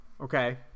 Okay